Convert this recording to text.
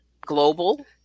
global